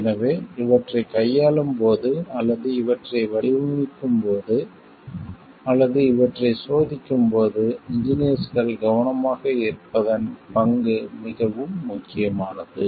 எனவே இவற்றைக் கையாளும் போது அல்லது இவற்றை வடிவமைக்கும் போது அல்லது இவற்றைச் சோதிக்கும் போது இன்ஜினியர்ஸ்கள் கவனமாக இருப்பதன் பங்கு மிகவும் முக்கியமானது